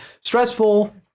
stressful